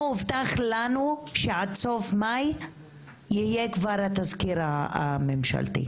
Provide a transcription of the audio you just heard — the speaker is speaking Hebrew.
אנחנו הובטח לנו שעד סוף מאי יהיה כבר תזכיר ממשלתי.